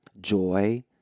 joy